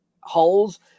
holes